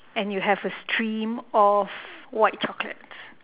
and you have a stream of white chocolates